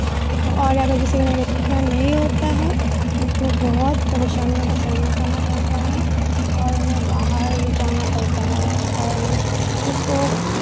اور اگر جیسے انہیں بیت الخلا نہیں ہوتا ہے ان کو بہت پریشانیوں کا سامنا کرنا پڑتا ہے اور انہیں باہر جانا پڑتا ہے اور اس کو